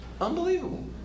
Unbelievable